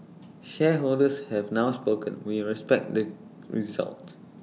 shareholders have now spoken we respect the result